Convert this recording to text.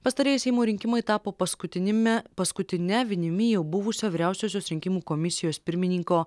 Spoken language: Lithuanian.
pastarieji seimo rinkimai tapo paskutiniame paskutine vinimi jau buvusio vyriausiosios rinkimų komisijos pirmininko